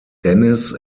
denis